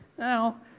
Now